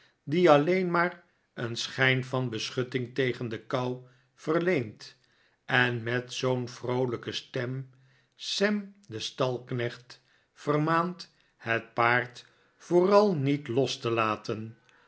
die alleen maar een schijn van beschutting tegen de kou verleent en met zoo'n vroolijke stem sam den stalknecht vermaant het paard vooral niet los te laten